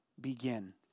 begin